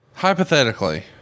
Hypothetically